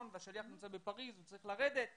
והשליח נמצא בפריס והוא צריך לרדת לליאון.